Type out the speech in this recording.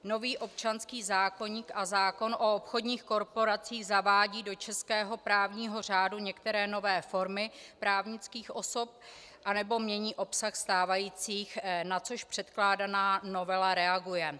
Nový občanský zákoník a zákon o obchodních korporacích zavádí do českého právního řádu některé nové formy právnických osob a nebo mění obsah stávajících, na což předkládaná novela reaguje.